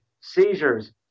Seizures